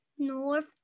North